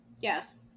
Yes